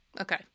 okay